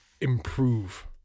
improve